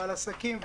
ועל עסקים,